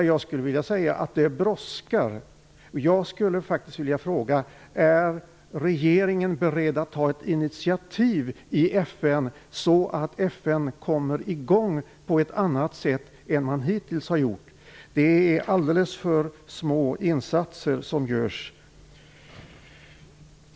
Jag skulle vilja säga att det brådskar. Är regeringen beredd att ta ett initiativ i FN så att FN kommer i gång på ett annat sätt än man hittills har gjort? Det är alldeles för små insatser som görs.